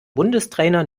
bundestrainer